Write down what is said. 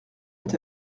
est